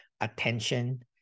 attention